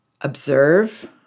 observe